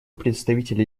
представителя